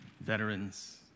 Veterans